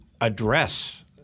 address